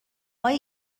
های